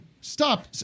stop